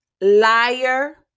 liar